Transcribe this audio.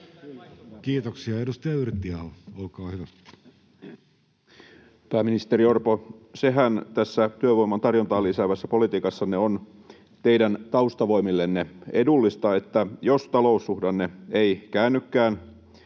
vuodelle 2025 Time: 16:39 Content: Pääministeri Orpo, sehän tässä työvoiman tarjontaa lisäävässä politiikassanne on teidän taustavoimillenne edullista, että jos taloussuhdanne ei käännykään,